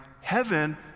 Heaven